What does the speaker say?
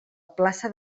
plaça